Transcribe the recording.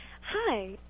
Hi